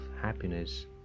happiness